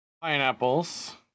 Pineapples